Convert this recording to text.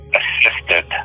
assisted